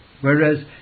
Whereas